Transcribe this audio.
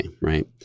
right